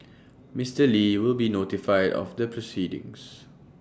Mister li will be notified of the proceedings